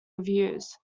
reviews